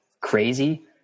crazy